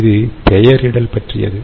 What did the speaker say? இது பெயரிடல் பற்றியது